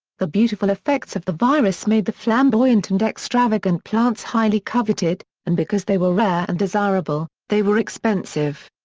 the beautiful effects of the virus made the flamboyant and extravagant plants highly coveted, and because they were rare and desirable, they were expensive.